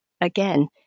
again